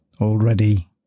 already